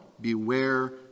beware